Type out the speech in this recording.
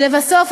ולבסוף,